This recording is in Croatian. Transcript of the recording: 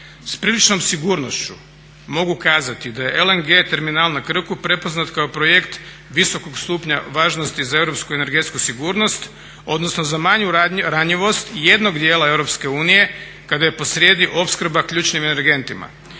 S priličnom sigurnošću mogu kazati da je LNG-terminal na Krku prepoznat kao projekt visokog stupnja važnosti za europsku energetsku sigurnost odnosno za manju ranjivost jednog dijela Europske unije kada je posrijedi opskrba ključnim energentima.